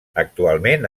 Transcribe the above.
actualment